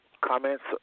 comments